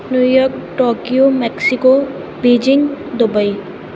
New York Tokyo Mexico Beijing Dubai